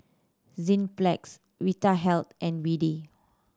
Enzyplex Vitahealth and B D